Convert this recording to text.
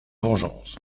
vengeance